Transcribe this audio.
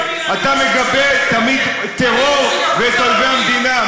אתה מגבה תמיד טרור ואת אויבי המדינה.